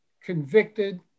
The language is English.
convicted